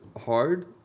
hard